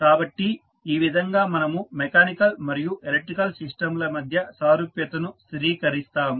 కాబట్టి ఈ విధంగా మనము మెకానికల్ మరియు ఎలక్ట్రికల్ సిస్టం ల మధ్య సారూప్యతను స్థిరీకరిస్తాము